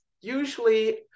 usually